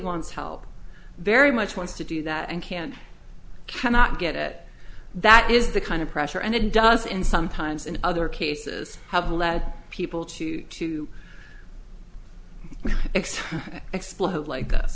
wants help very much wants to do that and can cannot get it that is the kind of pressure and it does in sometimes in other cases have led people to to x explode like